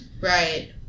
right